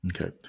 Okay